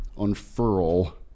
unfurl